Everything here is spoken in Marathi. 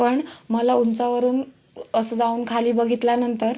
पण मला उंचावरून असं जाऊन खाली बघितल्यानंतर